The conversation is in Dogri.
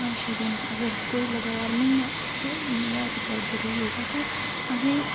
पंज छे दिन अगर कोई लगातार म्हीना इक नेआं करदे रेह् योगा ते असें